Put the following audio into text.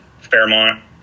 Fairmont